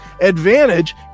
Advantage